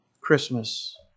Christmas